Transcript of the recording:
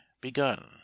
begun